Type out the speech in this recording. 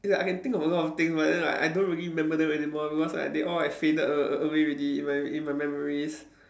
is like I can think of a lot of things but then like I don't really remember them anymore because like they all have faded a~ away already in my in my memories